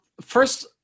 First